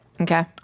Okay